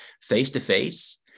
face-to-face